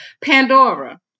Pandora